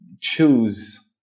choose